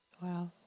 Wow